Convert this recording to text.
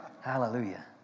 Hallelujah